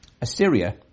Assyria